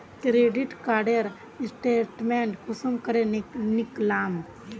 Credit कार्डेर statement कुंसम करे निकलाम?